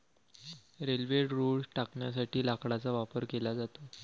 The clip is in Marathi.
रेल्वे रुळ टाकण्यासाठी लाकडाचा वापर केला जातो